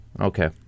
Okay